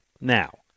Now